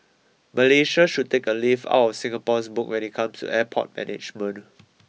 Malaysia should take a leaf out of Singapore's book when it comes to airport management